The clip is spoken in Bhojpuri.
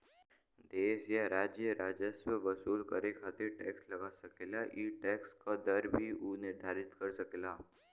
देश या राज्य राजस्व वसूल करे खातिर टैक्स लगा सकेला ई टैक्स क दर भी उ निर्धारित कर सकेला